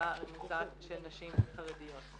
מההכנסה הממוצעת של נשים חרדיות.